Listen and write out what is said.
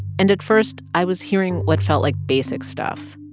and at first, i was hearing what felt like basic stuff.